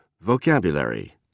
Vocabulary